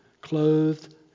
clothed